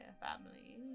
family